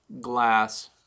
glass